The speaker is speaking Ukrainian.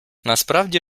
насправді